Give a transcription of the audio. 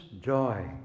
joy